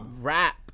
rap